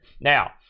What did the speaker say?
Now-